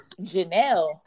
Janelle